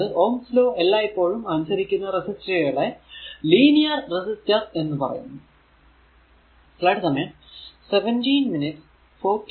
അതായതു Ohm's law എല്ലായ്പോഴും അനുസരിക്കുന്ന റെസിസ്റ്ററുകളെ ലീനിയർ റെസിസ്റ്റർ എന്ന് പറയുന്നു